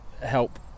help